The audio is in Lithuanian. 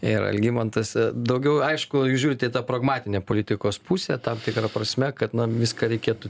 ir algimantas daugiau aišku jūs žiūrite į tą pragmatinę politikos pusę tam tikra prasme kad na viską reikėtų